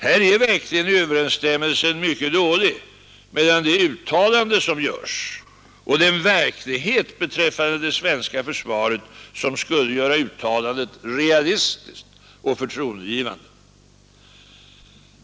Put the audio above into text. Här är verkligen överensstämmelsen mycket dålig mellan det uttalande som görs och den verklighet beträffande det svenska försvaret som skulle göra uttalandet realistiskt och förtroendeingivande.